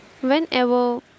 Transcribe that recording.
Whenever